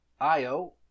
Io